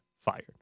fired